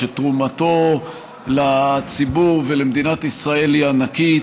שתרומתו לציבור ולמדינת ישראל היא ענקית.